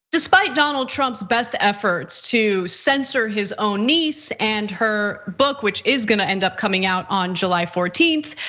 despite donald trump's best efforts to censor his own niece and her book, which is gonna end up coming out on july fourteenth,